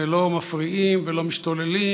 שלא מפריעים ולא משתוללים,